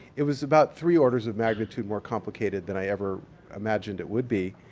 it was about three orders of magnitude more complicated than i ever imagined it would be.